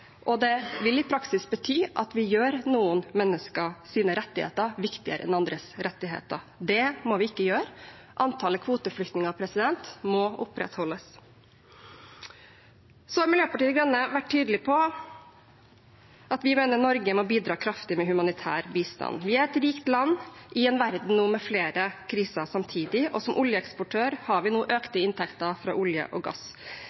og det vil i praksis bety at vi gjør noen menneskers rettigheter viktigere enn andres rettigheter. Det må vi ikke gjøre. Antallet kvoteflyktninger må opprettholdes. Miljøpartiet De Grønne har vært tydelig på at vi mener Norge må bidra kraftig med humanitær bistand. Vi er et rikt land i en verden med flere kriser samtidig, og som oljeeksportør har vi nå økte inntekter fra olje og gass.